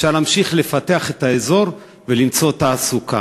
אפשר להמשיך ולפתח את האזור ולמצוא תעסוקה.